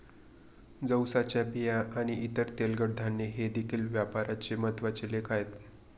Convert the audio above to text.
जवसाच्या बिया आणि इतर तेलकट धान्ये हे देखील व्यापाराचे महत्त्वाचे लेख आहेत